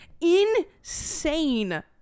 insane